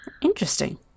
Interesting